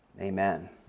amen